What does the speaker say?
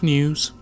News